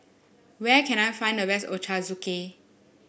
where can I find the best Ochazuke